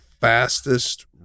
fastest